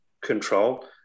Control